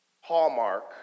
Hallmark